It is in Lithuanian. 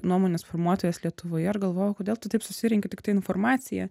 nuomonės formuotojas lietuvoje ir galvojau kodėl tu taip susirenki tiktai informaciją